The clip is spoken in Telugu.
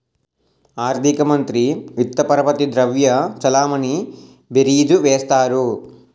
ఆర్థిక మంత్రి విత్త పరపతి ద్రవ్య చలామణి బీరీజు వేస్తారు